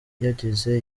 yagize